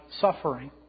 suffering